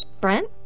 Brent